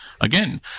again